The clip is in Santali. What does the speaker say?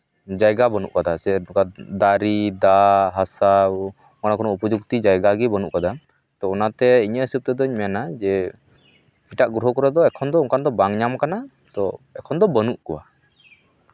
ᱡᱟᱭᱜᱟ ᱵᱟᱹᱱᱩᱜ ᱠᱟᱫᱟ ᱥᱮ ᱫᱟᱨᱤ ᱫᱟᱜ ᱦᱟᱥᱟ ᱱᱚᱣᱟ ᱠᱚ ᱩᱯᱚᱡᱩᱠᱛᱤ ᱡᱟᱭᱜᱟ ᱜᱮ ᱵᱟᱹᱱᱩᱜ ᱠᱟᱫᱟ ᱛᱳ ᱚᱱᱟᱛᱮ ᱤᱧᱟᱹᱜ ᱦᱤᱥᱟᱹᱵ ᱛᱮᱫᱚᱧ ᱢᱮᱱᱟ ᱡᱮ ᱮᱴᱟᱜ ᱜᱨᱚᱦᱚ ᱠᱚᱨᱮ ᱫᱚ ᱮᱠᱷᱚᱱ ᱫᱚ ᱚᱱᱠᱟ ᱫᱚ ᱵᱟᱝ ᱧᱟᱢ ᱠᱟᱱᱟ ᱛᱳ ᱮᱠᱷᱚᱱ ᱫᱚ ᱵᱟᱹᱱᱩᱜ ᱠᱚᱣᱟ